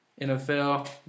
NFL